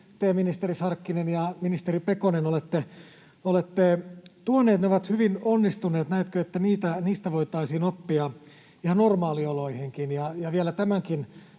te, ministeri Sarkkinen ja ministeri Pekonen, olette tuoneet, ovat hyvin onnistuneet. Näetkö, että niistä voitaisiin oppia ihan normaalioloihinkin